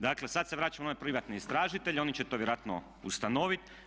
Dakle sada se vraćamo na one privatne istražitelje, oni će to vjerojatno ustanoviti.